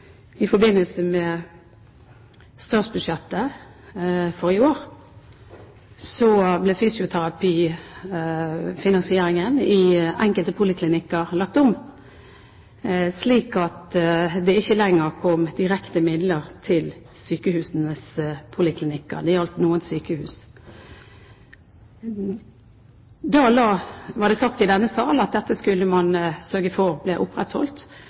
I forbindelse med statsbudsjettet for i år ble fysioterapifinansieringen i enkelte poliklinikker lagt om, slik at det ikke lenger kom direkte midler til sykehusenes poliklinikker. Det gjaldt noen sykehus. Det ble da sagt i denne sal at dette skulle man sørge for ble opprettholdt,